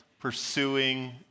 pursuing